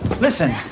Listen